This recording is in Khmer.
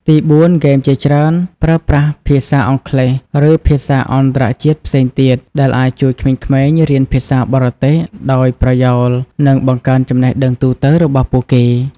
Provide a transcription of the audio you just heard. ទីបួន ហ្គេមជាច្រើនប្រើប្រាស់ភាសាអង់គ្លេស ឬភាសាអន្តរជាតិផ្សេងទៀត ដែលអាចជួយក្មេងៗ រៀនភាសាបរទេស ដោយប្រយោល និងបង្កើនចំណេះដឹងទូទៅរបស់ពួកគេ។